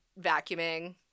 vacuuming